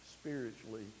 spiritually